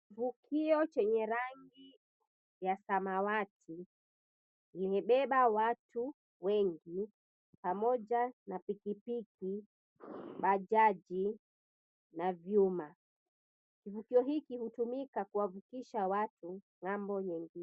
Kivukio chenye rangi ya samawati imebeba watu wengi pamoja na pikipiki, bajaji na vyuma. Kivukio hiki hutumika kuwavukisha watu ng'ambo nyingine.